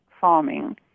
farming